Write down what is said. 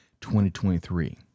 2023